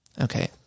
Okay